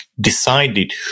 decided